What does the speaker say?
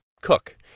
cook